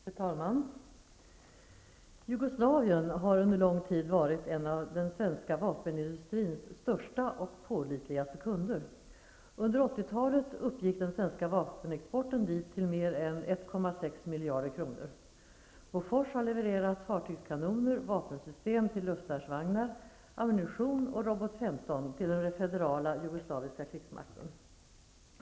Fru talman! Jugoslavien har under lång tid varit en av den svenska vapenindustrins största och pålitligaste kunder. Under 80-talet uppgick den svenska vapenexporten dit till mer än 1,6 miljarder kronor. Bofors har levererat fartygskanoner, vapensystem till luftvärnsvagnar, ammunition och Robot 15 till den federala jugoslaviska krigsmakten.